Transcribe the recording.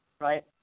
right